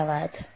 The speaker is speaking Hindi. धन्यवाद